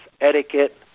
etiquette